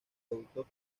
adultos